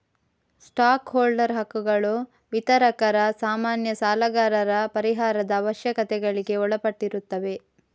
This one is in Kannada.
ಸ್ಟಾಕ್ ಹೋಲ್ಡರ್ ಹಕ್ಕುಗಳು ವಿತರಕರ, ಸಾಮಾನ್ಯ ಸಾಲಗಾರರ ಪರಿಹಾರದ ಅವಶ್ಯಕತೆಗಳಿಗೆ ಒಳಪಟ್ಟಿರುತ್ತವೆ